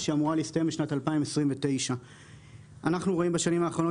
והיא אמורה להסתיים בשנת 2029. אנחנו רואים בשנים האחרונות